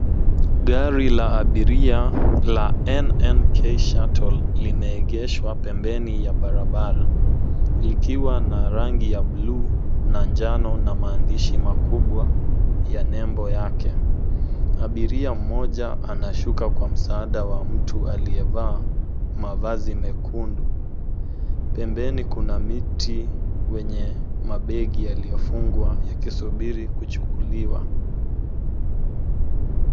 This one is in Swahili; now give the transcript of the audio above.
Gari la abiria la NMK Shuttle, lime, egeshwa pembeni ya barabara. Likiwa na rangi ya bluu, na njano, na maandishi makubwa ya nembo yake. Abiria mmoja anashuka kwa msaada wa mtu aliyevaa mavazi mekundu. Pembeni kuna miti, wenye mabegi yaliyofungwa yakisubiri kuchukuliwa.